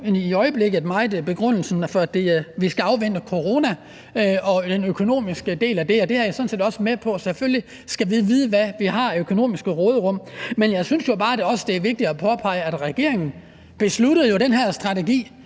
i øjeblikket meget begrundelsen, at vi skal afvente corona og den økonomiske del af det, og det er jeg sådan set også med på. Selvfølgelig skal vi vide, hvad vi har af økonomiske råderum, men jeg synes jo også bare, det er vigtigt at påpege, at regeringen besluttede den her strategi,